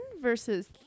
versus